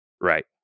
right